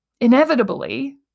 inevitably